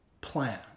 plan